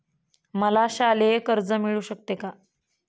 मला शालेय कर्ज मिळू शकते का?